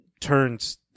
turns